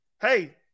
hey